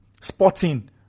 Sporting